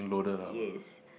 yes